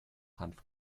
hanf